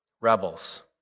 rebels